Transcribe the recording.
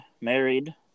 married